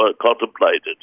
contemplated